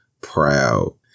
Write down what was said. proud